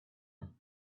asked